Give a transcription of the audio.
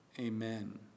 amen